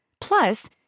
Plus